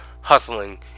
hustling